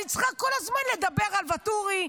אני צריכה כל הזמן לדבר על ואטורי,